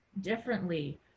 differently